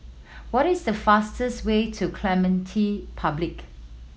what is the fastest way to Clementi Public